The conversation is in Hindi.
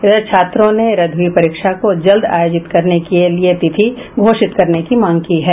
इधर छात्रों ने रद्द हुई परीक्षा को जल्द आयोजित करने के लिए तिथि घोषित करने की मांग की है